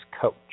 coach